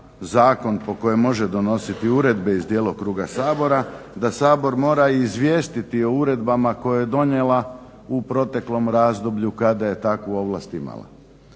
zakon po kojem može donositi uredbe iz djelokruga Sabora, da Sabor mora izvijestiti o uredbama koje je donijela u proteklom razdoblju kada je takvu ovlast imala.